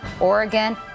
Oregon